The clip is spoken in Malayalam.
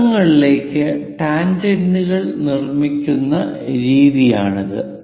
വൃത്തങ്ങളിലേക്കു ടാൻജെന്റുകൾ നിർമ്മിക്കുന്ന രീതിയാണിത്